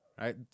right